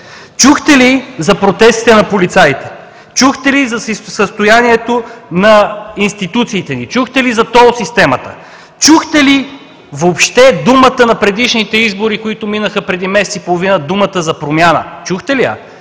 Чухте ли за протестите на полицаите? Чухте ли за състоянието на институциите ни? Чухте ли за тол системата? Чухте ли въобще в предишните избори, които минаха преди месец и половина, думата за промяна? Чухте ли я?